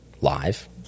live